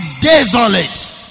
desolate